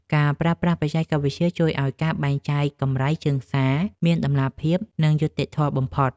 ការប្រើប្រាស់បច្ចេកវិទ្យាជួយឱ្យការបែងចែកកម្រៃជើងសារមានតម្លាភាព និងយុត្តិធម៌បំផុត។